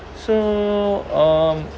so um